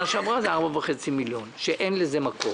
שעברה זה 4.5 מיליון שאין לזה מקור.